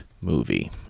movie